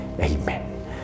Amen